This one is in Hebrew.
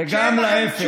וגם להפך.